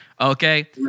Okay